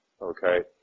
Okay